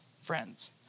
friends